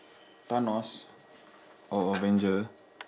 thanos oh avenger